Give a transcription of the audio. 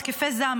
התקפי זעם,